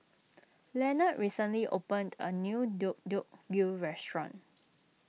Lanette recently opened a new Deodeok Gui restaurant